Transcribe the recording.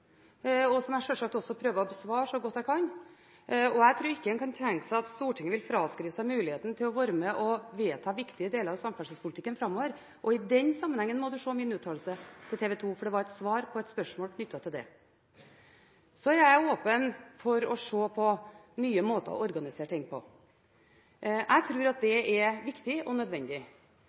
Jeg forsøker sjølsagt å besvare dette så godt jeg kan. Jeg tror ikke man kan tenke seg at Stortinget vil fraskrive seg muligheten til å være med på å vedta viktige deler av samferdselspolitikken framover. I den sammenhengen må man se min uttalelse på TV 2, for det var et svar på et spørsmål knyttet til det. Så er jeg åpen for å se på nye måter å organisere ting på. Jeg tror at det er viktig og nødvendig.